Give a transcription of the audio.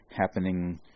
happening